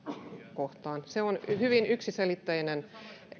kohtaan se on hyvin yksiselitteinen